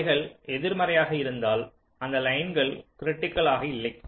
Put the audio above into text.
அவைகள் எதிர்மறையாக இருந்தால் அந்த லைன்கள் கிரிட்டிக்கல் ஆக இல்லை